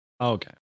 Okay